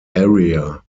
area